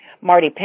Marty